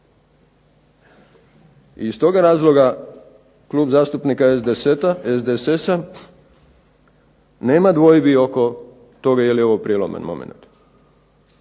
Iz toga razloga Klub zastupnika SDSS-a nema dvojbi oko toga je li ovo prijeloman momenat,